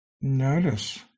Notice